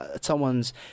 someone's